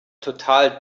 total